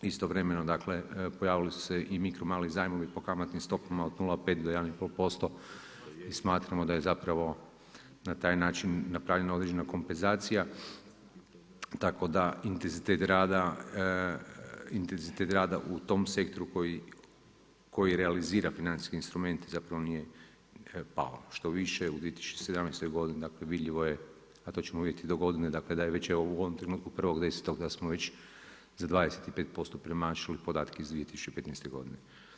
Istovremeno dakle, pojavili su se i mikro mali zajmovi po kamatnim stopama od 0,5 do 1% i smatramo da je zapravo na taj način napravljena određena kompenzacija tako da intenzitet rada u tom sektoru koji realizira financijski instrument zapravo nije pao, štoviše, u 2017. godini vidljivo je, a to ćemo vidjeti do godine, već je u ovom trenutku, 1. 10. da smo već za 25% premašili podatke iz 2015. godine.